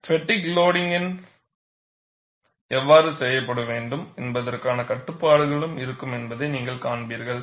ஃப்பெட்டிக் லோடிங்கின் எவ்வாறு செய்யப்பட வேண்டும் என்பதற்கான கட்டுப்பாடுகளும் இருக்கும் என்பதை நீங்கள் காண்பீர்கள்